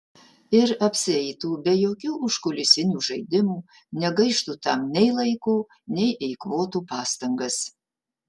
ir apsieitų be jokių užkulisinių žaidimų negaištų tam nei laiko nei eikvotų pastangas